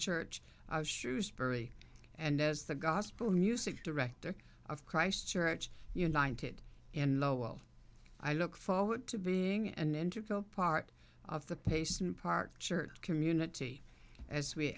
church of shrewsbury and as the gospel music director of christ church united in lowell i look forward to being an intricate part of the patient park church community as we